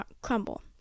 crumble